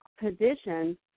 position